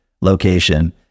location